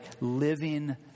living